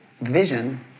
vision